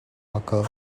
parker